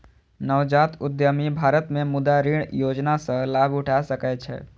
नवजात उद्यमी भारत मे मुद्रा ऋण योजना सं लाभ उठा सकै छै